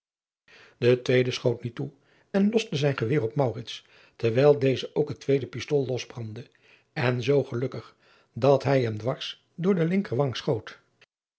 e tweede schoot nu toe en loste zijn geweer op driaan oosjes zn et leven van aurits ijnslager terwijl deze ook het tweede pistool losbrandde en zoo gelukkig dat hij hem dwars door de linkerwang